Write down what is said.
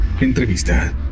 Entrevista